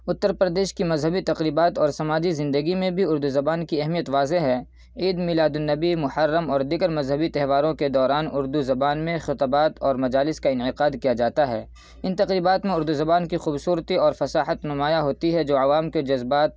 اتّر پردیش کی مذہبی تقریبات اور سماجی زندگی میں بھی اردو زبان کی اہمیت واضح ہے عید میلاد النبی محرم اور دیگر مذہبی تہواروں کے دوران اردو زبان میں خطبات اور مجالس کا انعقاد کیا جاتا ہے ان تقریبات میں اردو زبان کی خوبصورتی اور فصاحت نمایاں ہوتی ہے جو عوام کے جذبات